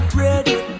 ready